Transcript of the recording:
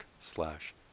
slash